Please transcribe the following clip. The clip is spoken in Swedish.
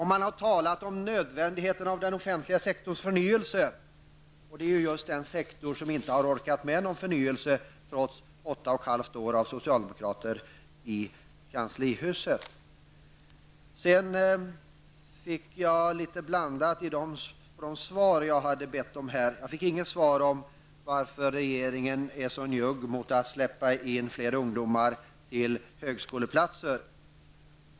Man har talat om nödvändigheten av den offentliga sektorns förnyelse, och det är just den sektorn som inte har orkat med någon förnyelse, trots åtta och ett halvt år med socialdemokrater i kanslihuset. Svaren på mina frågor var litet blandade. Jag fick inget svar på varför regeringen är så njugg med att släppa in fler ungdomar till högskoleplatser.